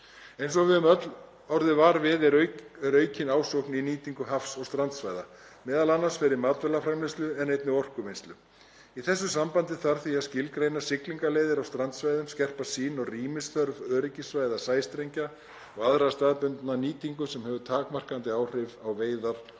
Eins og við höfum öll orðið vör við er aukin ásókn í nýtingu haf- og strandsvæða, m.a. fyrir matvælaframleiðslu og orkuvinnslu. Í þessu sambandi þarf því að skilgreina siglingaleiðir á strandsvæðum og skerpa sýn á rýmisþörf öryggissvæða sæstrengja og aðra staðbundna nýtingu sem hefur takmarkandi áhrif á veiðar og